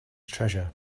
treasure